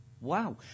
Wow